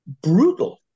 brutal